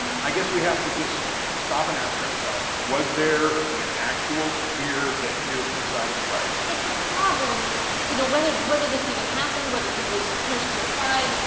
i guess we have to just stop and ask ourselves, was there an actual spear that pierced the side of christ? it's a problem, you know, whether whether this even happened, whether he was pierced in the side.